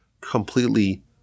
completely